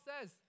says